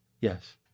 Yes